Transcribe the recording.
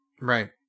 Right